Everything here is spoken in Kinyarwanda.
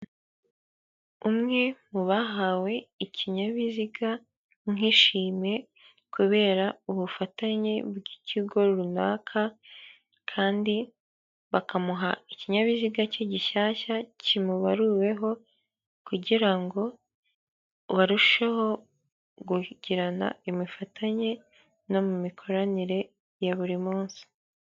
Umwe mu bahawe ikinyabiziga nk'ishimwe kubera ubufatanye bw'ikigo runaka, kandi bakamuha ikinyabiziga cye gishyashya kimubaruriweho kugira ngo barusheho gugirana imifatanye no mu mikoranire ya buri munsi.